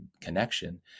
connection